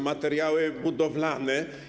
Materiały budowlane.